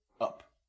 up